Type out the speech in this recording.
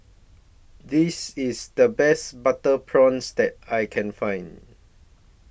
This IS The Best Butter Prawns that I Can Find